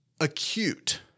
acute